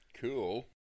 Cool